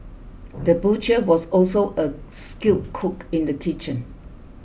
the butcher was also a skilled cook in the kitchen